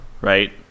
right